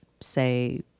say